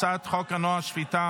הצעת חוק הנוער (שפיטה,